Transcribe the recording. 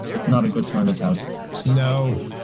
it's not a good sign of health now,